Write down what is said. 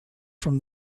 from